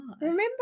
Remember